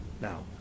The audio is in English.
Now